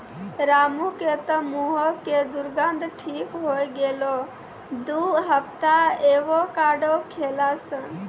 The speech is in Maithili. रामू के तॅ मुहों के दुर्गंध ठीक होय गेलै दू हफ्ता एवोकाडो खैला स